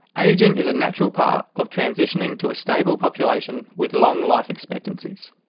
ageing is a natural part of transitioning to a stable population with long life expectancies.